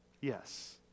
Yes